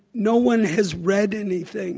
no one has read anything.